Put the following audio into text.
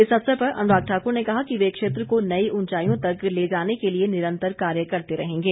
इस अवसर पर अनुराग ठाकुर ने कहा कि वे क्षेत्र को नई ऊंचाईयों तक ले जाने के लिए निरंतर कार्य करते रहेंगे